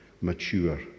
mature